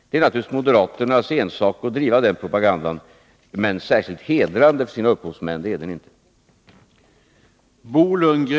Det är naturligtvis moderaternas ensak att driva den propagandan, men särskilt hedrande för sina upphovsmän är den inte.